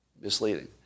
Misleading